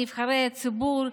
נבחרי הציבור,